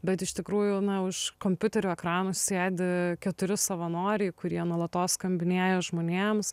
bet iš tikrųjų na už kompiuterių ekranų sėdi keturi savanoriai kurie nuolatos skambinėja žmonėms